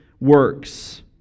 works